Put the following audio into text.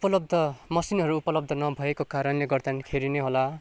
उपलब्ध मेसिनहरू उपलब्ध नभएको कारणले गर्दाखेरि नै होला